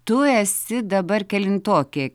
tu esi dabar kelintokė